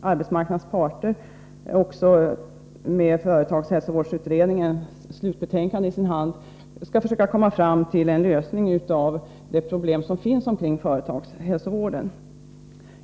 arbetsmarknadens parter och med företagshälsovårdsutredningens slutbetänkande i sin hand skall försöka komma fram till en lösning av de problem som finns kring företagshälsovården.